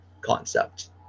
concept